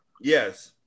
yes